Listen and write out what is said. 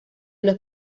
los